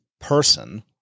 person